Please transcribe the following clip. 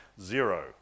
Zero